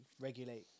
regulate